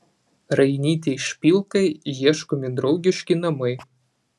rainytei špilkai ieškomi draugiški namai